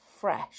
fresh